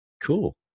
cool